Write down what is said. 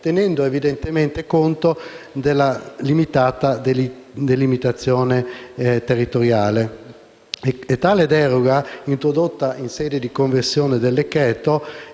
tenendo evidentemente conto della limitata delimitazione territoriale. Tale deroga, introdotta in sede di conversione del decreto-legge,